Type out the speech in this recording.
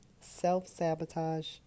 self-sabotage